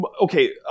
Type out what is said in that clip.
Okay